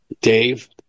Dave